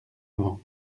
avant